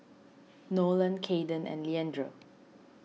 Nolan Kaiden and Leandro